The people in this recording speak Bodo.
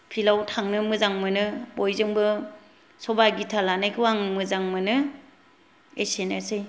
फिल्दाव थांनो मोजां मोनो बयजोंबो सभा गिता लानायखौ आं मोजां मोनो एसेनोसै